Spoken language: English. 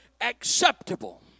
acceptable